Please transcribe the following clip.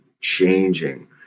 changing